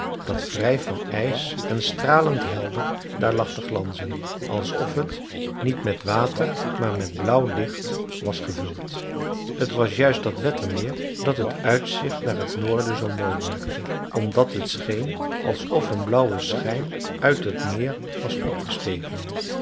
dat vrij van ijs en stralend helder daar lag te glanzen alsof t niet met water maar met blauw licht was gevuld t was juist dat wettermeer dat het uitzicht naar het noorden zoo mooi maakte omdat het scheen alsof een blauwe schijn uit het meer was opgestegen